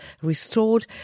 restored